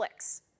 Netflix